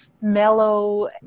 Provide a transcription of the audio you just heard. mellow